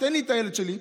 תן לילד שלי,